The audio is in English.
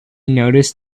noticed